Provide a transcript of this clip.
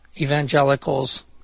evangelicals